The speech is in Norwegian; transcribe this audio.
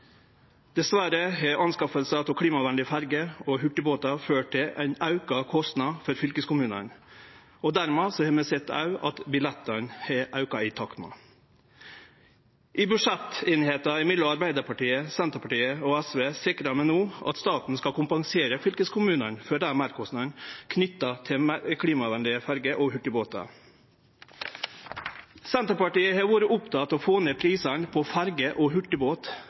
Dessverre har anskaffing av klimavenlege ferjer og hurtigbåtar ført til ein auka kostnad for fylkeskommunane. Dermed har vi òg sett at billettprisane har auka i takt med det. I budsjetteinigheita mellom Arbeidarpartiet, Senterpartiet og SV sikrar vi no at staten skal kompensere fylkeskommunane for meirkostnadene knytte til klimavenlege ferjer og hurtigbåtar. Senterpartiet har vore oppteke av å få ned prisane på ferjer og